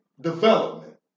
development